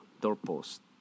doorpost